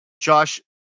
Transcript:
Josh